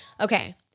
Okay